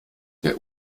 der